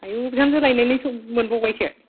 आयु बिहामजो लायनायनि मोनबावबायसो